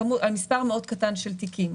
מספר מאוד קטן של תיקים,